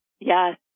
Yes